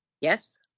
Yes